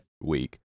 week